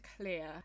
clear